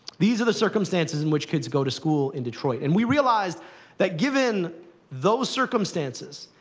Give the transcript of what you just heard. these are the circumstances in which kids go to school in detroit. and we realized that, given those circumstances,